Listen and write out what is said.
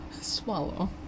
Swallow